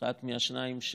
אחד מהשניים,